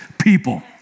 people